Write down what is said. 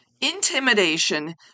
intimidation